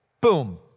Boom